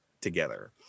together